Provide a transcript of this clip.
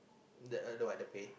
the the what the pay